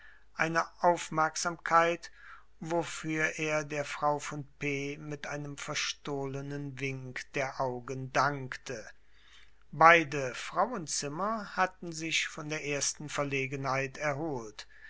eine aufmerksamkeit wofür er der frau von p mit einem verstohlenen wink der augen dankte beide frauenzimmer hatten sich von der ersten verlegenheit erholt